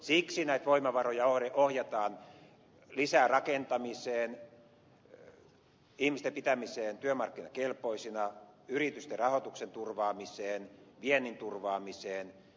siksi näitä voimavaroja ohjataan lisärakentamiseen ihmisten pitämiseen työmarkkinakelpoisina yritysten rahoituksen turvaamiseen viennin turvaamiseen